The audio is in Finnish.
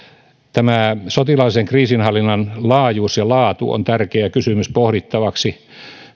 suomea sotilaallisen kriisinhallinnan laajuus ja laatu on tärkeä kysymys pohdittavaksi